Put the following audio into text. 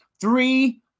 Three